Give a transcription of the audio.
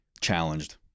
challenged